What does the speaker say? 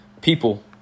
people